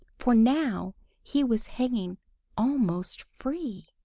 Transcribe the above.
for now he was hanging almost free.